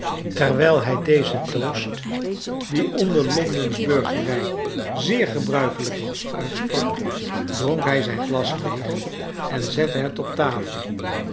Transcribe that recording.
terwijl hij dezen toost die onder londen's burgerij zeer gebruikelijk was uitsprak dronk hij zijn glas leeg en zette het op taf